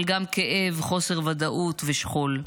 אבל גם כאב, חוסר ודאות ושכול.